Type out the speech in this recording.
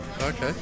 Okay